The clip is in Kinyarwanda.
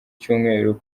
cyumweru